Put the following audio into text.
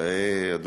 קרא, בבקשה.